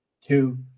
two